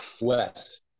west